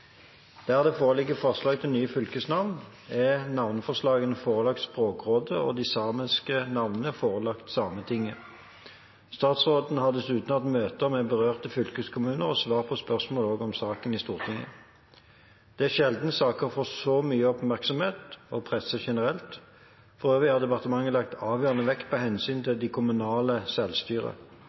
Der det foreligger forslag til nye fylkesnavn, er navneforslagene forelagt Språkrådet, og de samiske navnene er forelagt Sametinget. Statsråden har dessuten hatt møter med berørte fylkeskommuner og også svart på spørsmål om saken i Stortinget. Det er sjelden saker får så mye oppmerksomhet og presse generelt. For øvrig har departementet lagt avgjørende vekt på hensynet til det kommunale